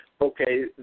Okay